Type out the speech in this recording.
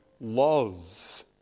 love